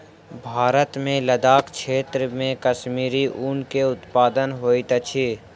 भारत मे लदाख क्षेत्र मे कश्मीरी ऊन के उत्पादन होइत अछि